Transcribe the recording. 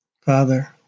Father